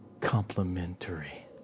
complementary